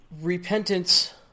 repentance